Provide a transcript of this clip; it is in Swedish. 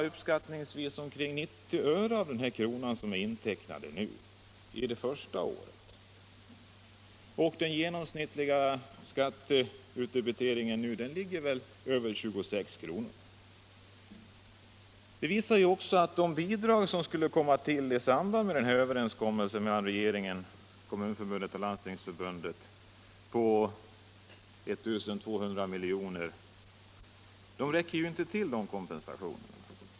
Uppskattningsvis 90 öre har intecknats redan det första året. Den genomsnittliga skatteutdebiteringen ligger väl över 26 kr. Den kompensation på 1 200 milj.kr. som beslöts i samband med överenskommelsen mellan regeringen, Svenska kommunförbundet och Landstingsförbundet visar sig inte räcka till.